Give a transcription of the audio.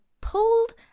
pulled